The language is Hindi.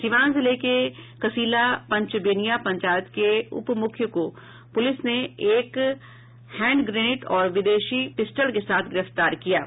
सीवान जिले के कसिला पंचबेनिया पंचायत के उप मुखिया को पुलिस ने एक हैंडग्रेनेड और विदेशी पिस्टल के साथ गिरफ्तार किया है